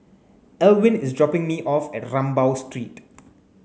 Elwin is dropping me off at Rambau Street